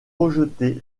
rejeté